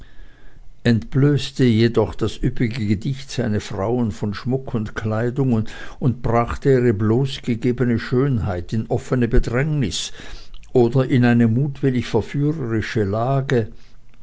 entblößte jedoch das üppige gedicht seine frauen von schmuck und kleidung und brachte ihre bloßgegebene schönheit in offene bedrängnis oder in eine mutwillig verführerische lage